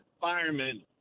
firemen